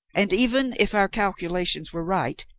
and even, if our calculations were right,